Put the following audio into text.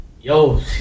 Yo